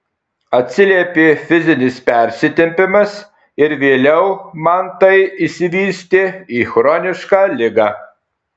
atsiliepė fizinis persitempimas ir vėliau man tai išsivystė į chronišką ligą